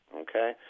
okay